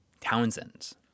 Townsend's